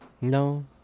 no